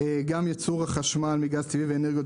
גם ייצור החשמל מגז טבעי ומאנרגיות